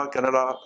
Canada